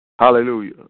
Hallelujah